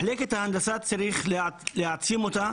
מחלקת ההנדסה, צריך להעצים אותה